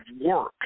work